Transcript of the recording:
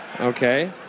Okay